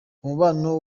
umubano